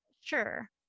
Sure